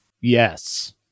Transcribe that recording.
Yes